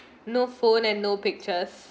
no phone and no pictures